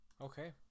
okay